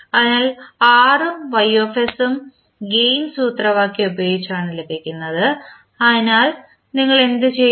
അതിനാൽ Rഉം Ys ഉം ഗെയിൻ സൂത്രവാക്യം ഉപയോഗിച്ചാണ് ലഭിക്കുന്നത് അതിനാൽ ഞങ്ങൾ എന്തു ചെയ്യും